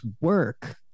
work